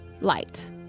light